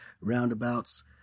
roundabouts